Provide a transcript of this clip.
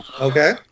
Okay